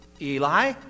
Eli